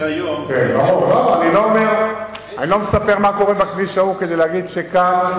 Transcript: אני לא מספר מה קורה בכביש ההוא כדי להגיד שכאן,